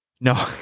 No